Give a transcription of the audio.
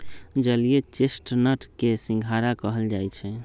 जलीय चेस्टनट के सिंघारा कहल जाई छई